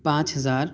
پانچ ہزار